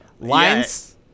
Lions